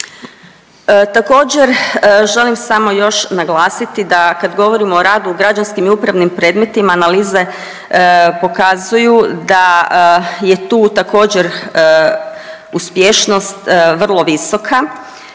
Također želim samo još naglasiti da kad govorimo o radu u građanskim i upravnim predmetima analize pokazuju da je tu također uspješnost vrlo visoka